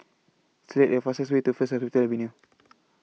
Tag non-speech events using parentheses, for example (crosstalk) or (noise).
Select The fastest Way to First Hospital Avenue (noise)